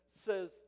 says